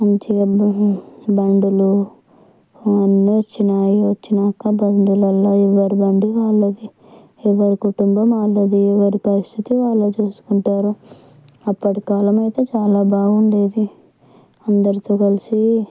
మంచిగా బ బండ్లు అవన్నీ వచ్చాయి వచ్చాక బండ్లలో ఎవరి బండి వాళ్ళది ఎవరి కుటుంబం వాళ్ళది ఎవరి పరిస్థితి వాళ్ళు చూసుకుంటారు అప్పటి కాలం అయితే చాలా బాగుండేది అందరితో కలిసి